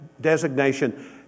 designation